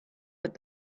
but